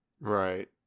Right